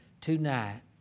tonight